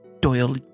Doyle